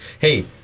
hey